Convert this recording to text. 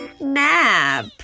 nap